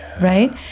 right